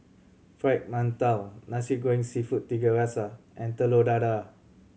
Fried Mantou Nasi Goreng Seafood Tiga Rasa and Telur Dadah